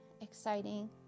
exciting